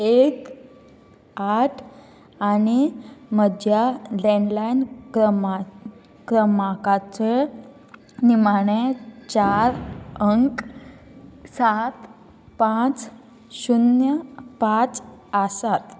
एक आठ आनी म्हज्या लॅंडलायन क्रमा क्रमांकाचे निमाणें चार अंक सात पांच शुन्य पांच आसात